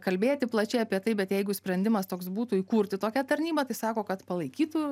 kalbėti plačiai apie tai bet jeigu sprendimas toks būtų įkurti tokią tarnybą tai sako kad palaikytų